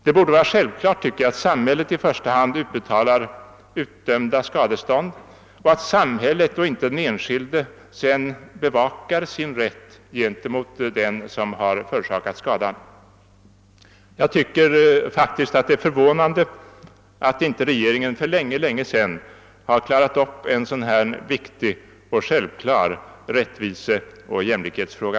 Det borde enligt vår mening vara självklart att samhället i första hand utbetalar utdömda skadestånd och att samhället och inte den enskilde sedan bevakar sin rätt gentemot den som förorsakat skadan. Jag tycker faktiskt att det är förvånande att inte regeringen för länge sedan har klarat upp en sådan viktig och självklar rättviseoch jämlikhetsfråga.